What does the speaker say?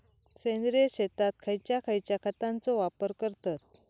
सेंद्रिय शेतात खयच्या खयच्या खतांचो वापर करतत?